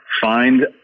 find